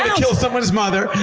kill someone's mother,